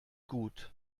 gut